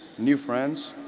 new friends,